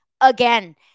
Again